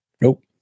nope